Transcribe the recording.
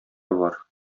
бар